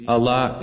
Allah